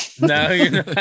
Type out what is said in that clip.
no